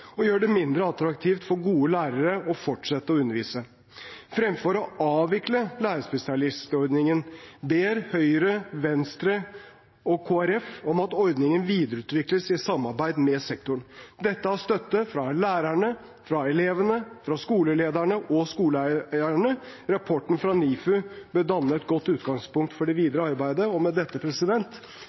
fortsette å undervise. Fremfor å avvikle lærerspesialistordningen ber Høyre, Venstre og Kristelig Folkeparti om at ordningen videreutvikles i samarbeid med sektoren. Dette har støtte fra lærerne, fra elevene, fra skolelederne og skoleeierne. Rapporten fra NIFU bør danne et godt utgangspunkt for det videre arbeidet, og med dette